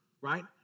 right